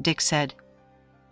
dick said